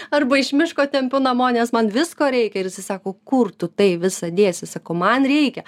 arba iš miško tempiu namo nes man visko reikia ir jisai sako kur tu tai visa dėsi sakau man reikia